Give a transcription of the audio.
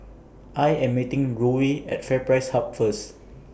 I Am meeting Ruie At FairPrice Hub First